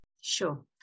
Sure